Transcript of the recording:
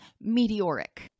meteoric